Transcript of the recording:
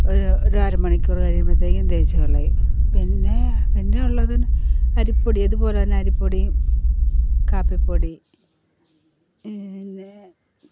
ഒരു ഒരു അരമണിക്കൂർ കഴിയുമ്പോഴത്തേക്കും തേയ്ച്ചുകളയും പിന്നെ പിന്നെയുള്ളത് അരിപ്പൊടി ഇതുപോലെത്തന്നെ അരിപ്പൊടിയും കാപ്പിപ്പൊടി പിന്നെ